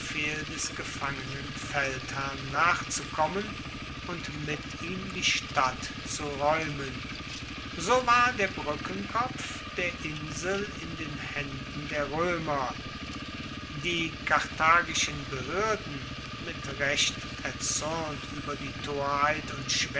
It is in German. des gefangenen feldherrn nachzukommen und mit ihm die stadt zu raeumen so war der brueckenkopf der insel in den haenden der roemer die karthagischen behoerden mit recht erzuernt ueber die torheit und